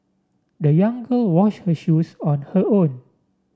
the young girl wash her shoes on her own